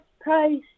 price